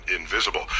invisible